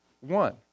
one